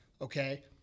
Okay